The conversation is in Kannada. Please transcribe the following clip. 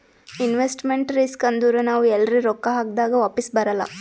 ಇನ್ವೆಸ್ಟ್ಮೆಂಟ್ ರಿಸ್ಕ್ ಅಂದುರ್ ನಾವ್ ಎಲ್ರೆ ರೊಕ್ಕಾ ಹಾಕ್ದಾಗ್ ವಾಪಿಸ್ ಬರಲ್ಲ